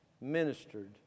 ministered